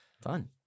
fun